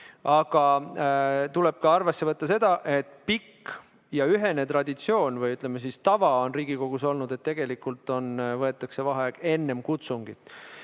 Aga tuleb ka arvesse võtta seda, et pikk ja ühene traditsioon, või ütleme siis tava, on Riigikogus olnud, et tegelikult võetakse vaheaeg enne kutsungit.